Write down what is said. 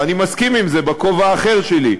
ואני מסכים עם זה בכובע האחר שלי,